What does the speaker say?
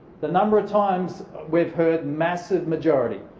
the number of times we've heard massive majority.